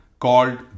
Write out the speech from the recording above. called